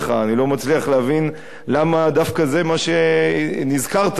אני לא מצליח להבין למה דווקא זה מה שנזכרת בו.